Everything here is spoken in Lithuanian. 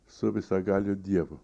su visagaliu dievu